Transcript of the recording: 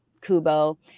Kubo